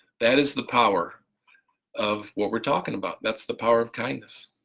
that is the power of what we're talking about, that's the power of kindness.